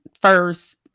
first